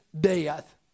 death